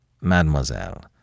Mademoiselle